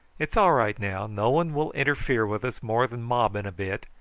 it's all right now no one will interfere with us more than mobbing a bit,